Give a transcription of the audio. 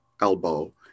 elbow